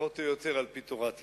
פחות או יותר על-פי תורת ישראל.